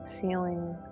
feeling